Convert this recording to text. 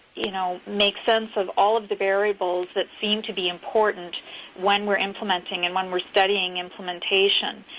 you know make sense of all of the variables that seem to be important when we're implementing and when we're studying implementation.